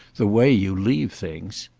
the way you leave things!